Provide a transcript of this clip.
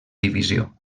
divisió